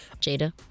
Jada